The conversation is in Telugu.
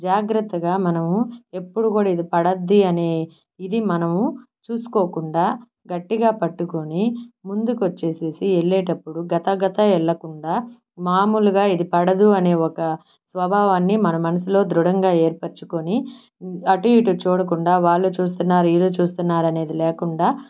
జాగ్రత్తగా మనము ఎప్పుడు కూడా ఇది పడుద్ది అని ఇది మనము చూసుకోకుండా గట్టిగా పట్టుకుని ముందుకు వచ్చేసి వెళ్లేటప్పుడు గబ గబ వెళ్ళకుండా మామూలుగా ఇది పడదు అనే ఒక స్వభావాన్ని మన మనసులో దృఢంగా ఏర్పరచుకొని అటు ఇటు చూడకుండా వాళ్ళు చూస్తున్నారు వీళ్ళు చూస్తున్నారు అనేది లేకుండా